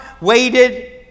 waited